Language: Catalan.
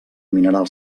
mineral